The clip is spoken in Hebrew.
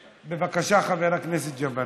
בבקשה, חבר הכנסת ג'בארין.